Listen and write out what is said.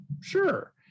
Sure